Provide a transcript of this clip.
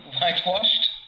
whitewashed